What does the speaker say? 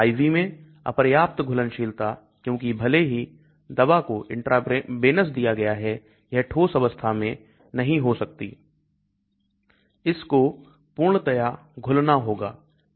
IV मैं अपर्याप्त घुलनशीलता क्योंकि भले ही दवा को इंट्रावेनस दिया गया है यह ठोस अवस्था में नहीं हो सकती है इसको पूर्णतया घुलना होगा